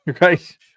Right